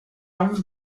only